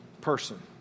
person